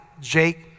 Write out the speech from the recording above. Jake